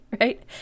right